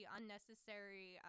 unnecessary